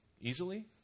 easily